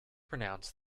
pronounced